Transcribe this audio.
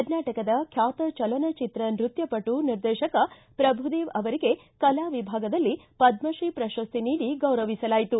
ಕರ್ನಾಟಕದ ಖ್ವಾತ ಚಲನಚಿತ್ರ ನೃತ್ತಪಟು ನಿರ್ದೇಶಕ ಪ್ರಭುದೇವ ಅವರಿಗೆ ಕಲಾ ವಿಭಾಗದಲ್ಲಿ ಪದ್ಮಶ್ರೀ ಪ್ರಶಸ್ತಿ ನೀಡಿ ಗೌರವಿಸಲಾಯಿತು